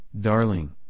darling